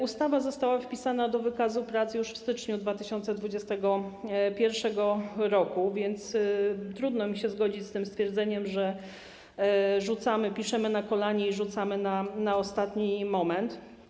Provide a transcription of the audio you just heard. Ustawa została wpisana do wykazu prac już w styczniu 2021 r., więc trudno mi się zgodzić z tym stwierdzeniem, że ten dokument piszemy na kolanie i rzucamy go na ostatni moment.